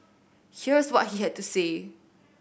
here's what he had to say